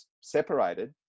separated